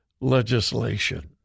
legislation